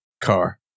Car